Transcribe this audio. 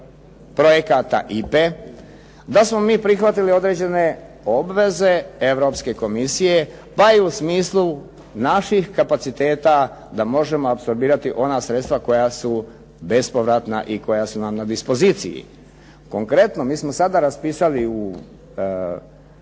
projekata IPA-e da smo mi prihvatili određene obveze Europske komisije pa je u smislu naših kapaciteta da možemo apsorbirati ona sredstva koja su bespovratna i koja su nam na dispoziciji. Konkretno, mi smo sada raspisali u